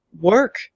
work